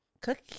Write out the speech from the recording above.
cook